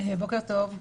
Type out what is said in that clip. בוקר טוב.